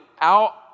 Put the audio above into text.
out